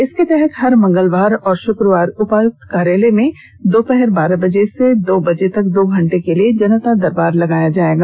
इसके तहत हर मंगलवार और शुक्रवार को उपायुक्त कार्यालय में दोपहर बारह बजे से दो बजे तक दो घंटे के लिए जनता दरबार लगाया जायेगा